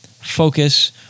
focus